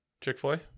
Chick-fil-A